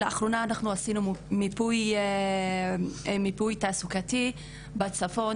לאחרונה עשינו מיפוי תעסוקתי בצפון,